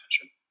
attention